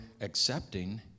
accepting